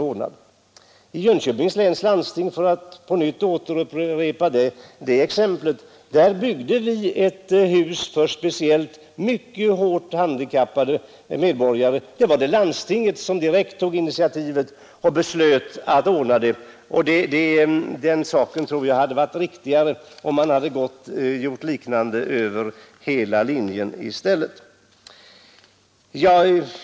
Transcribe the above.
För att upprepa exemplet från Jönköpings län kan jag nämna att vi där byggde ett hus för speciellt hårt handikappade medborgare. Här var det landstinget som direkt tog initiativet. Det hade varit riktigare, om man gjort likadant på andra håll.